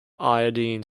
iodine